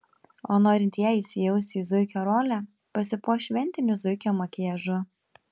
o norintieji įsijausti į zuikio rolę pasipuoš šventiniu zuikio makiažu